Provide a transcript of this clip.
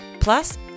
Plus